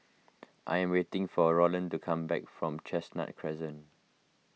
I am waiting for Rolland to come back from Chestnut Crescent